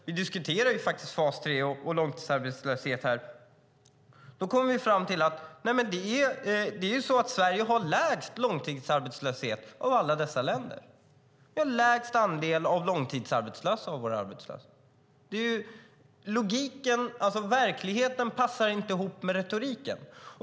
Vi diskuterar ju fas 3 och långtidsarbetslöshet här. Då kommer vi fram till att Sverige har lägst långtidsarbetslöshet av alla dessa länder. Vi har lägst andel långtidsarbetslösa bland våra arbetslösa. Verkligheten passar inte ihop med retoriken.